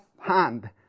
hand